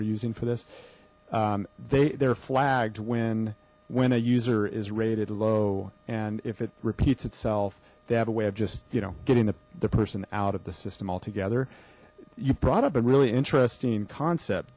we're using for this they they're flagged when when a user is rated low and if it repeats itself they have a way of just you know getting the person out of the system altogether you brought up a really interesting concept